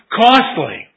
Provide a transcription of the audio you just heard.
costly